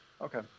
Okay